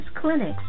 clinics